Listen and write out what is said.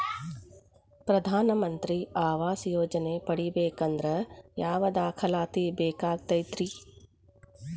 ಪ್ರಧಾನ ಮಂತ್ರಿ ಆವಾಸ್ ಯೋಜನೆ ಪಡಿಬೇಕಂದ್ರ ಯಾವ ದಾಖಲಾತಿ ಬೇಕಾಗತೈತ್ರಿ?